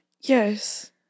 Yes